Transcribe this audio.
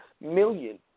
million